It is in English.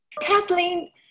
Kathleen